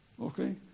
Okay